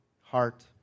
heart